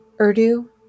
Urdu